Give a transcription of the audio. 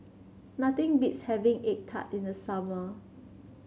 nothing beats having egg tart in the summer